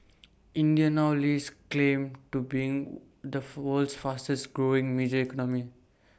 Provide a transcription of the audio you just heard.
India now lays claim to being the world's fastest growing major economy